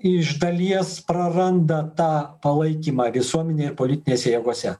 iš dalies praranda tą palaikymą visuomenėj ir politinėse jėgose